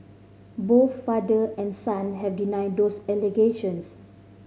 both father and son have denied those allegations